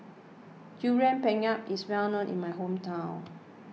Durian Pengat is well known in my hometown